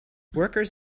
workers